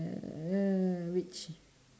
err which